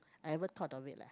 I ever thought of it leh